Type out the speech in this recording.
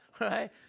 right